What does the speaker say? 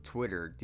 Twitter